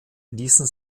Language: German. ließen